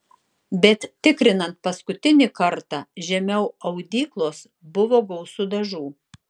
bet tikrinant paskutinį kartą žemiau audyklos buvo gausu dažų